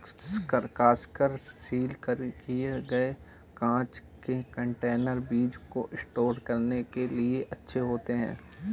कसकर सील किए गए कांच के कंटेनर बीज को स्टोर करने के लिए अच्छे होते हैं